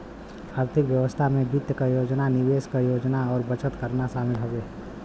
आर्थिक व्यवस्था में वित्त क योजना निवेश क योजना और बचत करना शामिल हउवे